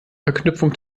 verknüpfung